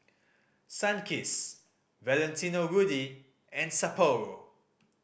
Sunkist Valentino Rudy and Sapporo